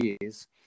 years